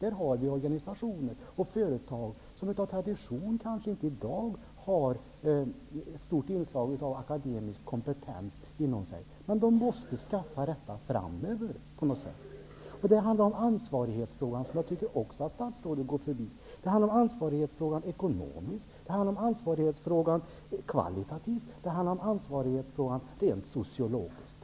Det finns i dag organisationer och företag som av tradition kanske inte har så stort inslag av akademisk kompetens inom sig, men de måste på något sätt skaffa detta framöver. Det handlar också om ansvarighetsfrågan, som jag tycker att ststrådet går förbi. Det handlar om ansvaret ekonomiskt, kvalitativt och rent sociologiskt.